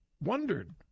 wondered